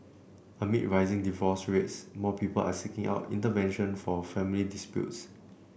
amid rising divorce rates more people are seeking out intervention for family disputes